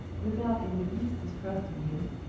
without in the least distrusting him,